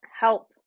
help